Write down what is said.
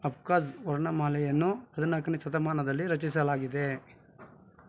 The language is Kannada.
ಅಬ್ಖಾಜ್ ವರ್ಣಮಾಲೆಯನ್ನು ಹದಿನಾಲ್ಕನೆ ಶತಮಾನದಲ್ಲಿ ರಚಿಸಲಾಗಿದೆ